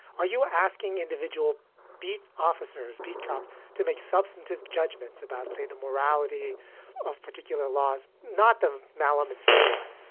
are you asking individual beat officers beat cops to make substantive judgments about, say, the morality of particular laws, not them? malum in, say one,